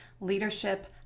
leadership